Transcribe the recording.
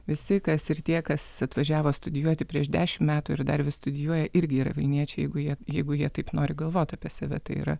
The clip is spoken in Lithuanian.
visi kas ir tie kas atvažiavo studijuoti prieš dešimt metų ir dar vis studijuoja irgi yra vilniečiai jeigu jie jeigu jie taip nori galvot apie save tai yra